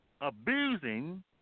Abusing